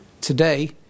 Today